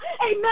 Amen